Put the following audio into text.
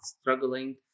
struggling